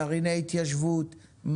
גרעיני התיישבות,